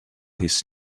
his